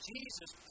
Jesus